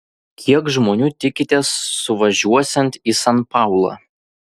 kiek žmonių tikitės suvažiuosiant į san paulą